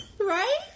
Right